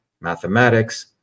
mathematics